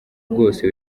bwose